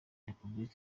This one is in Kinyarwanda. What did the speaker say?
repubulika